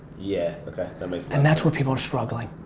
yeah and that's where people are struggling.